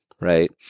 Right